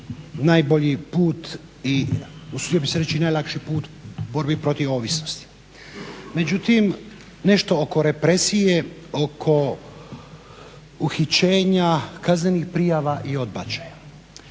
najbolji put i usudio bih se reći i najlakši put u borbi protiv ovisnosti. Međutim, nešto oko represije, oko uhićenja, kaznenih prijava i odbačaja.